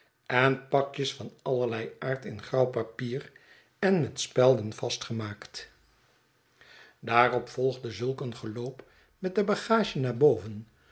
en pakjes van allerlei aard in grauw papier en met spelden vastgemaakt daarop volgde zulk een geloop met de bagage naar boven